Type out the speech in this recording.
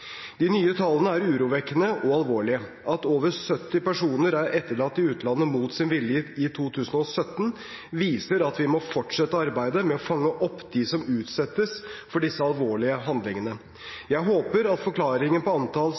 De nye tallene er urovekkende og alvorlige. At over 70 personer er etterlatt i utlandet mot sin vilje i 2017, viser at vi må fortsette arbeidet med å fange opp dem som utsettes for disse alvorlige handlingene. Jeg håper at forklaringen på at antall